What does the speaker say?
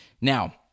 Now